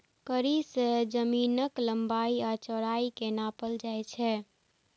कड़ी सं जमीनक लंबाइ आ चौड़ाइ कें नापल जाइ छै